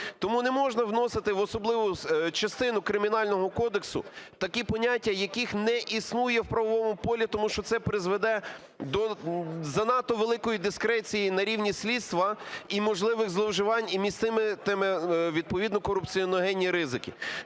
Тому не можна вносити в особливу частину Кримінального кодексу такі поняття, яких не існує в правовому полі, тому що це призведе до занадто великої дискреції на рівні слідства і можливих зловживань і міститиме відповідні корупціогенні ризики.